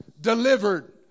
delivered